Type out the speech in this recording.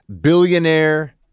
Billionaire